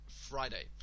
Friday